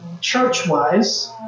church-wise